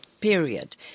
period